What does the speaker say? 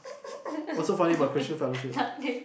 nothing